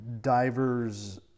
divers